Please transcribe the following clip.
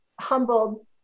humbled